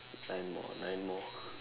nine more nine more